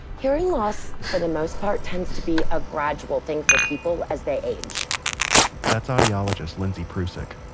hearing loss for the most part tends to be a gradual thing for people as they age that's audiologist, lindsay prusick